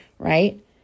right